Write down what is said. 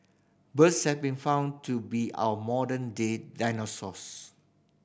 birds have been found to be our modern day dinosaurs